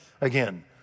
again